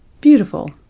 Beautiful